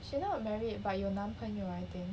she not married but 有男朋友 I think